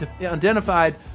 identified